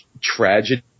tragedy